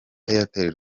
airtel